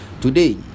today